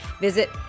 Visit